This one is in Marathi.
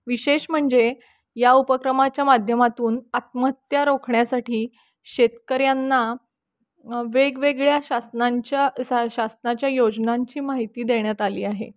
विशेष म्हणजे या उपक्रमाच्या माध्यमातून आत्महत्या रोखण्यासाठी शेतकऱ्यांना वेगवेगळ्या शासनांच्या सा शासनाच्या योजनांची माहिती देण्यात आली आहे